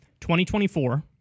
2024—